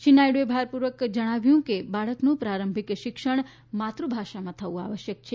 શ્રી નાયડુએ ભારપૂર્વક જણાવ્યું હતું કે બાળકનું પ્રારંભિક શિક્ષણ માતૃભાષા માં થવું આવશ્યક છે